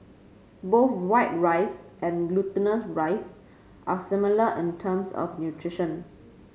both white rice and glutinous rice are similar in terms of nutrition